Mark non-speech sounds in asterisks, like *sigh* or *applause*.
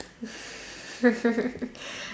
*laughs*